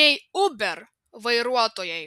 nei uber vairuotojai